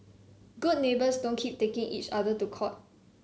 good neighbours don't keep taking each other to court